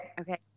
Okay